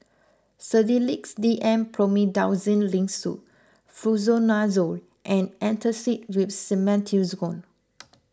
Sedilix D M Promethazine Linctus Fluconazole and Antacid with Simethicone